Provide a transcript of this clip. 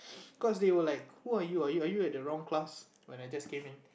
cause they were like who are you are you are you at the wrong class when I just came in